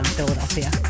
Philadelphia